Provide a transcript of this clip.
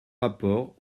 rapports